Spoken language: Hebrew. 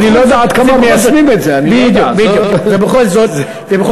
אני לא יודע עד כמה מיישמים את זה, אני לא יודע.